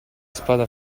spada